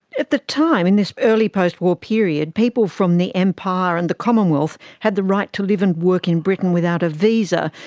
at the time, in this early post-war period, people from the empire and the commonwealth had the right to live and work in britain without a visa,